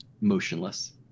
motionless